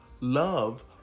love